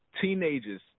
Teenagers